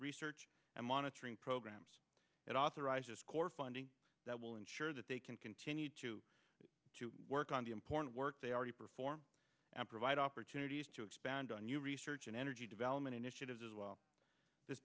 research and monitoring programs that authorizes corps funding that will ensure that they can continue to to work on the important work they already perform and provide opportunities to expand on your research and energy development initiatives as well